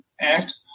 act